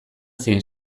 zein